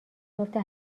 میفته